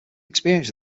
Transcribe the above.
experience